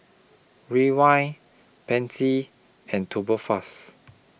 Ray Why Pansy and Tubifast